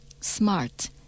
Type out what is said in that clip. smart